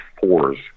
fours